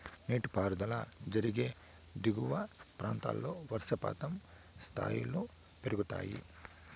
నీటిపారుదల జరిగే దిగువ ప్రాంతాల్లో వర్షపాతం స్థాయిలు పెరుగుతాయి